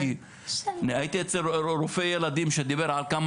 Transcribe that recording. והציגה דיון מאוד רציני בנושא